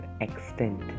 extent